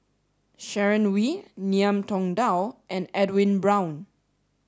Sharon Wee Ngiam Tong Dow and Edwin Brown